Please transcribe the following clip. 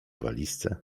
walizce